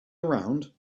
around